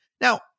Now